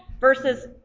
versus